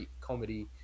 comedy